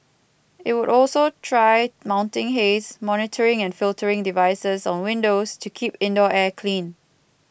it will also try mounting haze monitoring and filtering devices on windows to keep indoor air clean